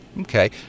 Okay